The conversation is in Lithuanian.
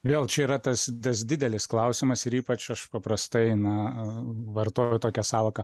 vėl čia yra tas tas didelis klausimas ir ypač aš paprastai na vartoju tokią sąvoką